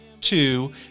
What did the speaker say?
two